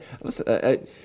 listen